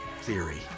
theory